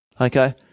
Okay